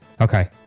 Okay